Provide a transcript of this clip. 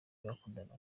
bakundanaga